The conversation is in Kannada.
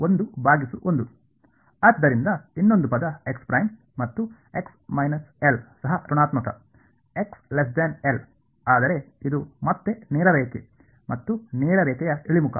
ಆದ್ದರಿಂದ ಇನ್ನೊಂದು ಪದ x' ಮತ್ತು ಸಹ ಋಣಾತ್ಮಕ ಆದರೆ ಇದು ಮತ್ತೆ ನೇರ ರೇಖೆ ಮತ್ತು ನೇರ ರೇಖೆಯ ಇಳಿಮುಖ